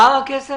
הכסף עבר?